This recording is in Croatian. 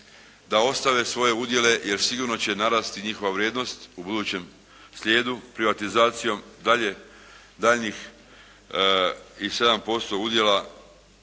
da ostave svoje udjele jer sigurno će narasti njihova vrijednost u budućem slijedu privatizacijom daljnjih tih 7% udjela